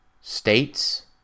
states